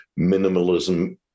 Minimalism